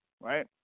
Right